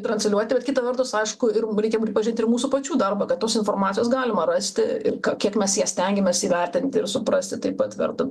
transliuoti vat kita vertus aišku ir mum reikia pripažinti ir mūsų pačių darbą kad tos informacijos galima rasti ir kiek mes ją stengiamės įvertinti ir suprasti taip pat verta